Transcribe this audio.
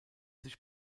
sich